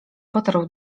potarł